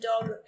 dog